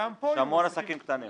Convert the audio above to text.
יש המון עסקים קטנים.